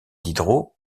diderot